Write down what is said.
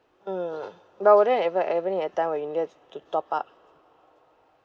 mm but wouldn't ever ever need a time when you can just to top up